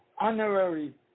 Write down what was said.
honorary